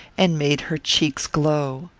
and made her cheeks glow.